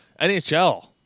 NHL